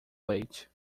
leite